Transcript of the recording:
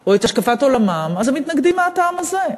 או את השקפת עולמם, הם מתנגדים מהטעם הזה.